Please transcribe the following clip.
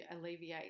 alleviate